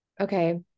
Okay